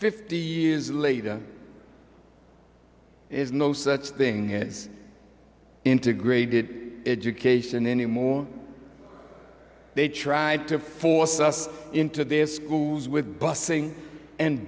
fifty years later is no such thing is integrated education anymore they tried to force us into their schools with busing and